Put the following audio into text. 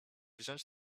wziąć